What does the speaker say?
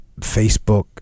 Facebook